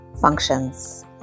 functions